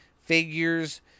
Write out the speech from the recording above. figures